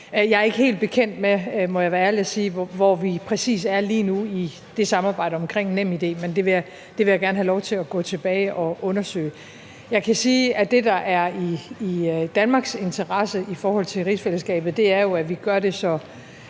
jeg være ærlig at sige, hvor vi præcis er lige nu i det samarbejde om NemID, men det vil jeg gerne have lov til at gå tilbage og undersøge. Jeg kan sige, at det, der er i Danmarks interesse i forhold til rigsfællesskabet, er, at vi gør det så